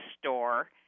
store